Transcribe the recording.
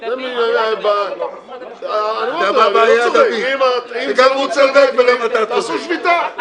אני לא צוחק --- תעשו שביתה.